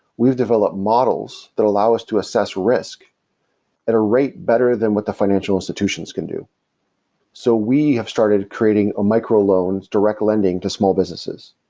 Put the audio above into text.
we've developed models that allow us to assess risk that are rate better than what the financial institutions can do so we have started creating micro-loans direct lending to small businesses.